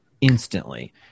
instantly